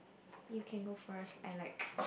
you can go first I like